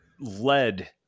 led